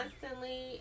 constantly